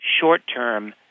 short-term